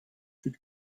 tud